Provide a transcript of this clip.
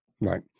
Right